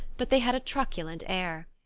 but they had a truculent air.